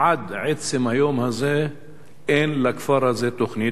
ועד עצם היום הזה אין לכפר הזה תוכנית.